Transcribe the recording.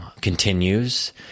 continues